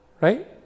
right